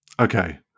Okay